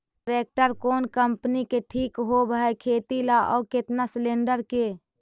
Tractor कोन company के ठीक होब है खेती ल औ केतना सलेणडर के?